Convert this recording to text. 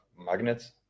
magnets